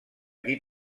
qui